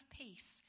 peace